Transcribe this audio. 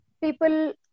people